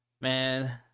Man